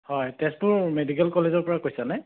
হয় তেজপুৰ মেডিকেল কলেজৰ পৰা কৈছে নে